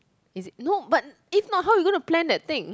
is it no but if not you gonna plan that thing